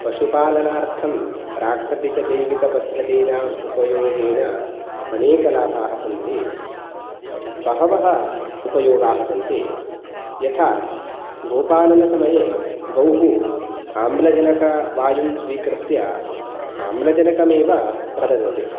पशुपालनार्थं प्राकृतिकजैविकपद्धतीनाम् उपयोगेन अनेकलाभाः सन्ति बहवः उपयोगाः सन्ति यथा गोपालनसमये गौः आम्लजनकवायुं स्वीकृत्य आम्लजनकमेव प्रददति